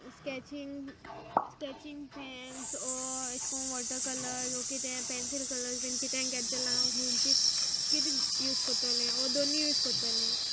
sketching sketching pens ओ अेश कोन्न वॉटर कलर्स ओ कितें पेन्सील कलर्स बीन कितें घेत जाल्यार हांव हुंची कीत यूज कोत्तोलें ओ दोनीय यूज कोत्तोलें